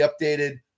updated